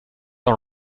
all